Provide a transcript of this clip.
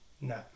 No